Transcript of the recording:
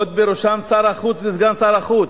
עוד בראשם שר החוץ וסגן שר החוץ.